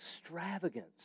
extravagance